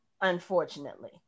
unfortunately